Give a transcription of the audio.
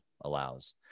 allows